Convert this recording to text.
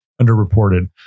underreported